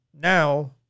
now